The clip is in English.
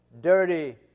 dirty